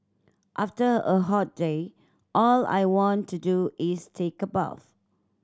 after a hot day all I want to do is take a bath